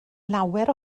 lawer